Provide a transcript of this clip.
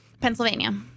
Pennsylvania